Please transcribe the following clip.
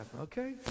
Okay